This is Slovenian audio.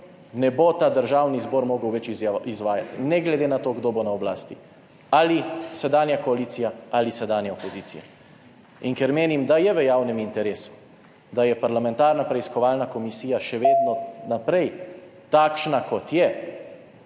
ne bo ta državni zbor mogel več izvajati, ne glede na to, kdo bo na oblasti, ali sedanja koalicija ali sedanja opozicija. In ker menim, da je v javnem interesu, da je parlamentarna preiskovalna komisija še vedno naprej takšna, kot je